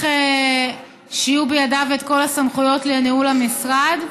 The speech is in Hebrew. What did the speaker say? שיהיו בידיו כל הסמכויות לניהול המשרד,